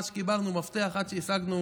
עד שקיבלנו מפתח, עד שהשגנו